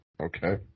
Okay